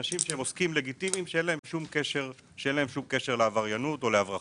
עוסקים לגיטימיים שאין להם שום קשר לעבריינות או להברחות".